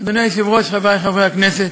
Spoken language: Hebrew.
אדוני היושב-ראש, חברי חברי הכנסת,